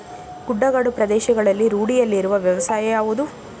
ಗುಡ್ಡಗಾಡು ಪ್ರದೇಶಗಳಲ್ಲಿ ರೂಢಿಯಲ್ಲಿರುವ ವ್ಯವಸಾಯ ಯಾವುದು?